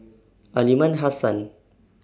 Aliman Hassan